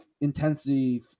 intensity